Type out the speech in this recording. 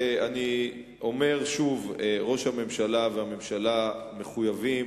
ואני אומר שוב שראש הממשלה והממשלה מחויבים